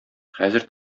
хәзер